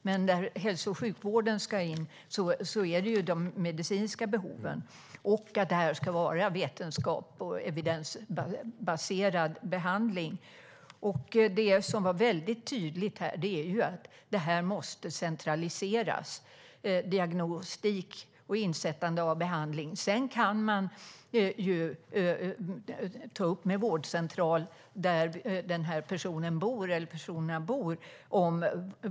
Men när hälso och sjukvården ska in är det de medicinska behoven det gäller. Det ska vara vetenskaps och evidensbaserad behandling. Det var också tydligt att diagnostik och insättande av behandling måste centraliseras.